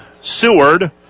Seward